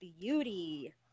beauty